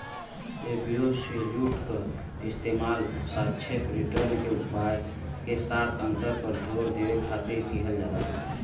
absolute क इस्तेमाल सापेक्ष रिटर्न के उपाय के साथ अंतर पर जोर देवे खातिर किहल जाला